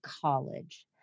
college